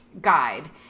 guide